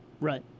Right